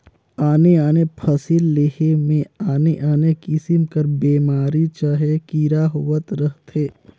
आने आने फसिल लेहे में आने आने किसिम कर बेमारी चहे कीरा होवत रहथें